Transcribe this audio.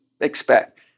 expect